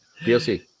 DLC